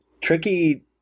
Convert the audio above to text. tricky